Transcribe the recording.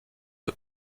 eux